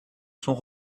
sont